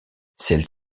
celles